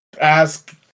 Ask